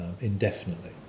indefinitely